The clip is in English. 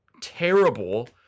terrible